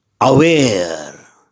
aware